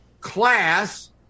class